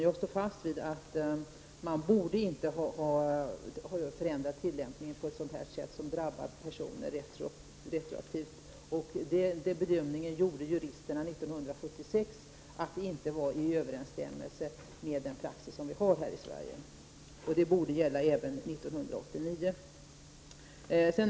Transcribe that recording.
Jag står fast vid åsikten att vi inte borde ha förändrat tillämpningen på ett sådant sätt att den drabbar människor retroaktivt. Den bedömningen gjorde riksdagen 1976: retroaktiviteten stod inte i överensstämmelse med den praxis vi har här i Sverige. Detta borde gälla även 1989.